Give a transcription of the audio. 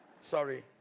Sorry